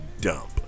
dump